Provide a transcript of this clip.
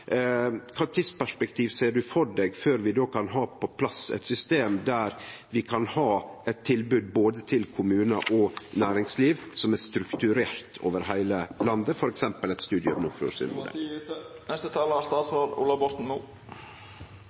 kva tidsperspektiv ser han føre seg før vi då kan ha på plass eit system der vi kan ha eit tilbod til både kommunar og næringsliv som er strukturert over heile landet, f.eks. eit